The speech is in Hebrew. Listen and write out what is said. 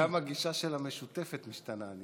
גם הגישה של המשותפת השתנתה.